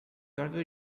order